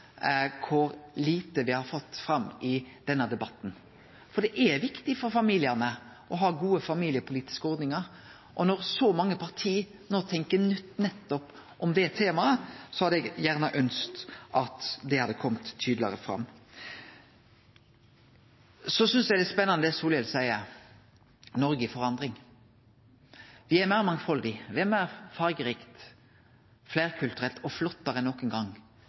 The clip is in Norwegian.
kor lite me har fått fram i denne debatten, for det er viktig for familiane å ha gode familiepolitiske ordningar, og når så mange parti no tenkjer nytt nettopp om det temaet, hadde eg gjerne ønskt at det hadde kome tydelegare fram. Eg synest det er litt spennande, det Solhjell seier: Noreg er i forandring. Me er meir mangfaldige, me er meir fargerike, fleirkulturelle og flottare enn nokon gong.